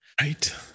Right